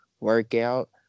workout